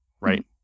right